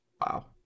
Wow